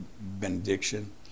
benediction